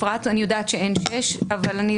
אפרת, אני יודעת שאין שש שנים.